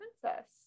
princess